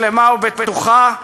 שלמה ובטוחה,